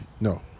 No